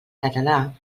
català